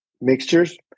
mixtures